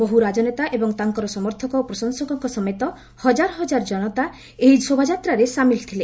ବହୁ ରାଜନେତା ଏବଂ ତାଙ୍କର ସମର୍ଥକ ଓ ପ୍ରଶଂସକଙ୍କ ସମେତ ହଜାର ହଜାର ଜନତା ଏହି ଶୋଭାଯାତ୍ରାରେ ସାମିଲ ଥିଲେ